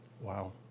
Wow